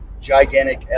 gigantic